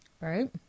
Right